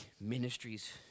ministries